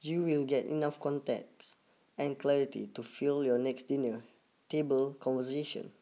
you will get enough context and clarity to fuel your next dinner table conversation